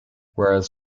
whereas